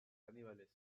caníbales